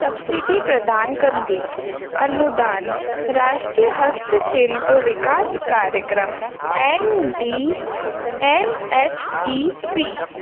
subsidy प्रदान कंदी अनुदान राष्ट्रीय हस्त शिल्प विकास कार्यक्रम N D N H D P